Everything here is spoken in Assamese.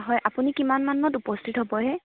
হয় আপুনি কিমানমানত উপস্থিত হ'বহি